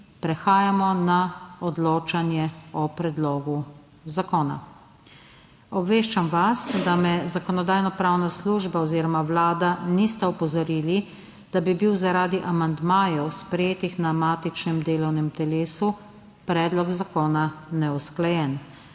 prehajamo na odločanje o predlogu zakona. Obveščam vas, da me Zakonodajno-pravna služba oziroma Vlada nista opozorili, da bi bil zaradi amandmajev, sprejetih na matičnem delovnem telesu, predlog zakona neusklajen.